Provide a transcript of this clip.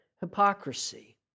Hypocrisy